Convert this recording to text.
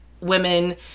women